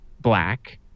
black